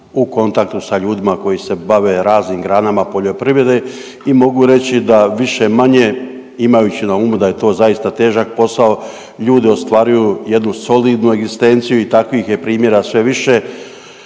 u kontaktu sa ljudima koji se bave raznim granama poljoprivrede i mogu reći da više-manje imajući na umu da je to zaista težak posao ljudi ostvaruju jednu solidnu egzistenciju i takvih je primjera sve više